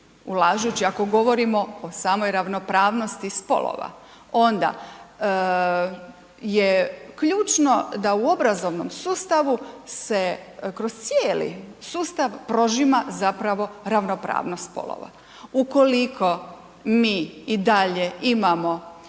ulažući ako govorimo o samoj ravnopravnosti spolova onda je ključno da u obrazovnom sustavu se kroz cijeli sustav prožima zapravo ravnopravnost spolova. Ukoliko mi i dalje imamo